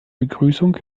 begrüßung